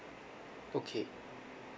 okay